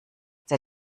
der